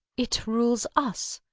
it rules us,